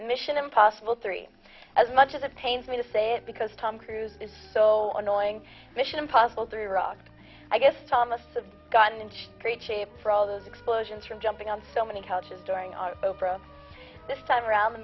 mission impossible three as much of the pains me to say it because tom cruise is so annoying mission impossible three rock i guess thomas of got an inch great shape for all those explosions from jumping on so many couches during our oprah this time around the